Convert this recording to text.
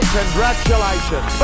congratulations